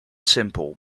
simple